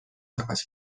tagasi